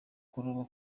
kuroba